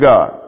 God